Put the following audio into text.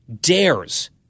dares